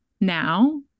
now